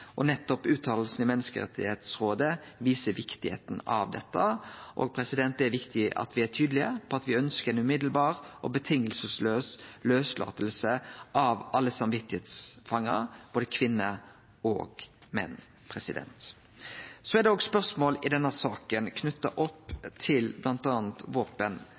Nettopp utsegna i Menneskerettsrådet viser kor viktig dette er. Det er viktig at me er tydelege på at me ønskjer lauslating, straks og utan vilkår, av alle samvitsfangar, både kvinner og menn. Så er det òg spørsmål i denne saka knytte til bl.a. våpenregelverket vårt. Her vil eg vise til